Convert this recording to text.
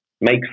make